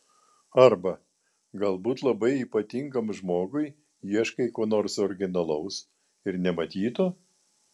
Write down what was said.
arba galbūt labai ypatingam žmogui ieškai ko nors originalaus ir nematyto